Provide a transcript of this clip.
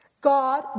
God